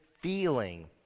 feeling